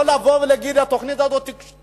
לא לבוא ולהגיד שהתוכנית הזאת תהיה